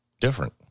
different